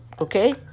Okay